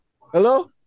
Hello